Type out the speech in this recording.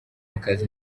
akazi